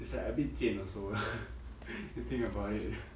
is like a bit 贱 also ah you think about it